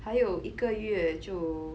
还有一个月就